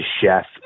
chef